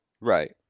Right